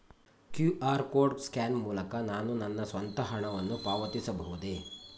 QR code scan ಮೂಲಕ ನಾನು ನನ್ನ ಸ್ವಂತ ಹಣವನ್ನು ಪಾವತಿಸಬಹುದೇ?